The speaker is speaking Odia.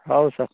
ହଉ ସାର୍